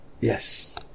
yes